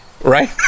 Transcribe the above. Right